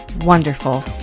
Wonderful